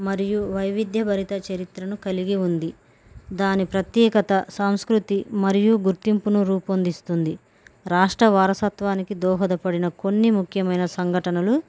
మరియు వైవిధ్యభరిత చరిత్రను కలిగి ఉంది దాని ప్రత్యేకత సంస్కృతి మరియు గుర్తింపును రూపొందిస్తుంది రాష్ట్ర వారసత్వానికి దోహదపడిన కొన్ని ముఖ్యమైన సంఘటనలు